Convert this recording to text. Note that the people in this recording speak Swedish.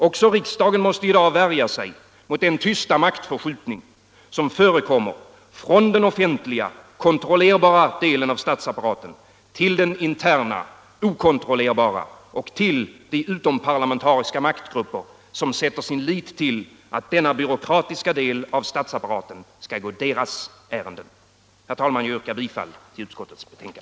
Också riksdagen måste i dag värja sig mot den tysta maktförskjutning som förekommer från den offentliga, kontrollerbara delen av statsapparaten till den interna, okontrollerbara och till de utomparlamentariskå maktgrupper som sätter sin lit till att denna byråkratiska del av statsapparaten skall gå deras ärenden. Herr talman! Jag yrkar bifall till utskottets hemställan.